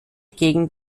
gegen